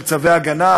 של צווי ההגנה,